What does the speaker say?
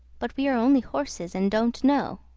but we are only horses, and don't know.